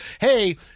hey